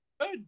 Good